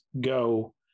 go